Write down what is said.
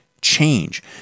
change